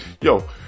yo